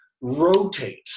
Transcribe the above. rotate